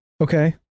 Okay